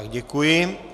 Děkuji.